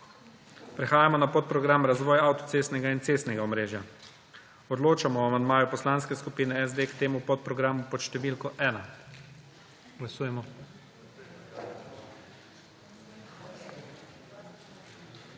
Prehajamo na podprogram Razvoj avtocestnega in cestnega omrežja. Odločamo o amandmaju Poslanske skupine SD k temu podprogramu pod številko 1. Glasujemo.